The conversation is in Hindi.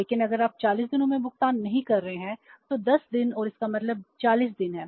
लेकिन अगर आप 40 दिनों में भुगतान नहीं कर रहे हैं तो 10 दिन और इसका मतलब 40 दिन है